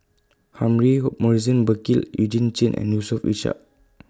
Humphrey Morrison Burkill Eugene Chen and Yusof Ishak